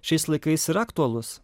šiais laikais yra aktualus